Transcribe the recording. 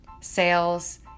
sales